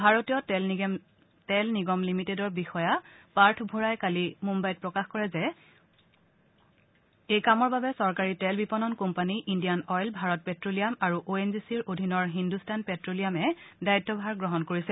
ভাৰতীয় তেল নিগম লিমিটেডৰ বিষয়া পাৰ্থ ভোৰাই কালি মুম্বাইত প্ৰকাশ কৰে যে এই কামৰ বাবে চৰকাৰী তেল বিপণন company Indian oil Bharat petroleum আৰু অ' এন জি চিৰ অধীনৰ হিন্দুস্তান প্টেলিয়ামে দায়িত্বভাৰ গ্ৰহণ কৰিছে